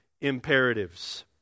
imperatives